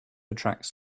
attracts